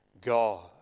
God